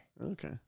Okay